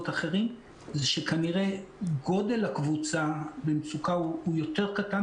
אחרים זה שכנראה גודל הקבוצה במצוקה הוא יותר קטן,